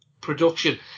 production